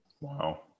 wow